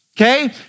Okay